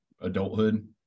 adulthood